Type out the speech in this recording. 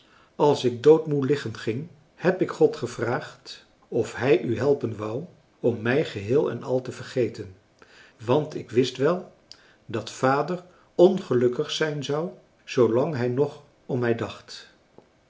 als ik doodmoe liggen ging heb ik god gevraagd of hij u helpen wou om mij geheel en al te vergeten want ik wist wel dat vader ongelukkig zijn zou zoolang hij nog om mij dacht